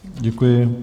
Děkuji.